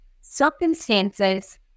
circumstances